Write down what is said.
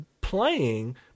playing